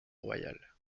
royale